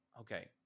okay